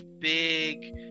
Big